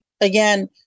Again